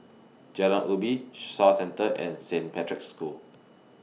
Jalan Ubi Shaw Centre and Saint Patrick's School